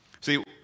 See